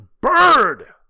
Bird